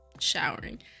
showering